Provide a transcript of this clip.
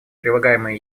прилагаемые